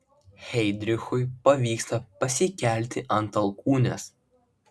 heidrichui pavyksta pasikelti ant alkūnės